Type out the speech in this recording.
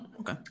okay